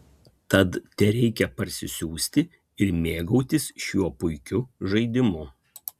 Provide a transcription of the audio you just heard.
tad tereikia parsisiųsti ir mėgautis šiuo puikiu žaidimu